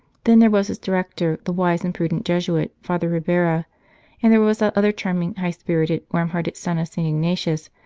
then there was his director, the wise and prudent jesuit, father ribera and there was that other charming, high-spirited, warm-hearted son of st. ignatius,